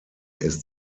ist